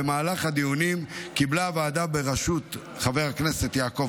במהלך הדיונים קיבלה הוועדה בראשות חבר הכנסת יעקב